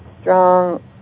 strong